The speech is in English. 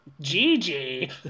Gigi